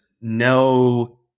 no